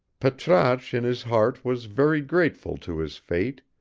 patrasche in his heart was very grateful to his fate,